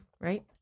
Right